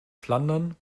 flandern